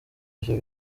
ivyo